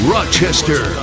Rochester